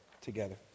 together